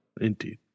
Indeed